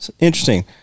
Interesting